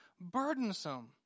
burdensome